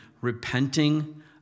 repenting